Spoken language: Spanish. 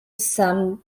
sam